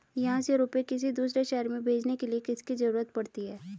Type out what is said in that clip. यहाँ से रुपये किसी दूसरे शहर में भेजने के लिए किसकी जरूरत पड़ती है?